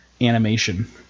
animation